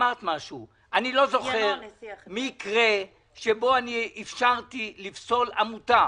אני לא זוכר מקרה שאפשרתי לפסול עמותה